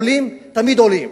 עולים תמיד עולים,